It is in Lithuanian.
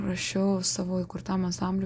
rašiau savo įkurtam ansambliui